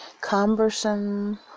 cumbersome